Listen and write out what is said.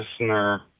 listener